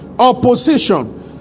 opposition